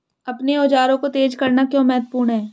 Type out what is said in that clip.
अपने औजारों को तेज करना क्यों महत्वपूर्ण है?